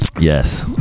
Yes